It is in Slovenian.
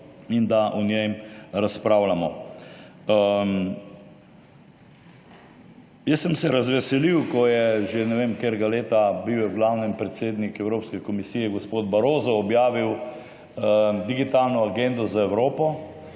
in da o njem razpravljamo. Razveselil sem se, ko je že ne vem katerega leta, bil je v glavnem predsednik Evropske komisije, gospod Barroso objavil Digitalno agendo za Evropo.